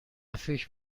فکر